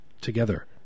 Together